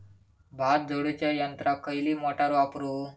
भात झोडूच्या यंत्राक खयली मोटार वापरू?